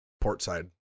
portside